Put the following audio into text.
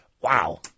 Wow